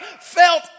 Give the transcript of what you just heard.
felt